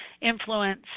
influence